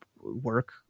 work